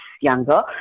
younger